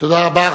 תודה רבה.